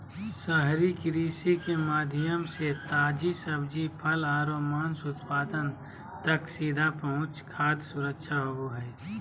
शहरी कृषि के माध्यम से ताजी सब्जि, फल आरो मांस उत्पाद तक सीधा पहुंच खाद्य सुरक्षा होव हई